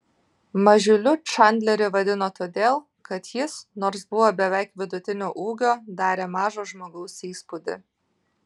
mažiuliu čandlerį vadino todėl kad jis nors buvo beveik vidutinio ūgio darė mažo žmogaus įspūdį